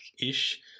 ish